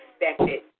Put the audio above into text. expected